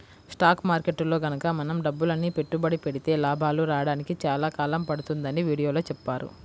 stock మార్కెట్టులో గనక మనం డబ్బులని పెట్టుబడి పెడితే లాభాలు రాడానికి చాలా కాలం పడుతుందని వీడియోలో చెప్పారు